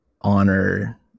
honor